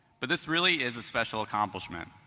but this really is a special accomplishment.